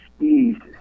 Jesus